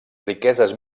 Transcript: riqueses